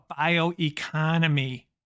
bioeconomy